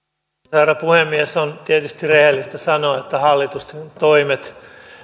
herra puhemies on tietysti rehellistä sanoa että hallituksen toimet